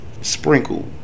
sprinkle